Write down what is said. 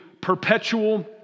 perpetual